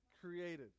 created